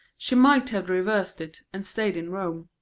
she might have reversed it, and stayed in rome.